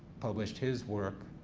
published his work,